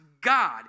God